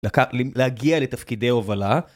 להגיע לתפקידי הובלה.